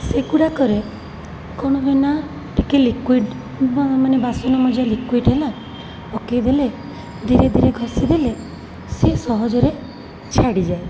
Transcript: ସେଗୁଡ଼ାକରେ କ'ଣ ହୁଏନା ଟିକିଏ ଲିକୁଇଡ଼ ବା ବାସନ ମଜା ଲିକୁଇଡ଼ ହେଲା ପକାଇ ଦେଲେ ଧୀରେଧୀରେ ଘଷି ଦେଲେ ସେ ସହଜରେ ଛାଡ଼ିଯାଏ